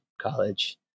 College